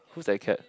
who's that cat